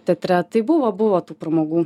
teatre tai buvo buvo tų pramogų